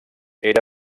era